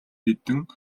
хэдэн